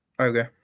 Okay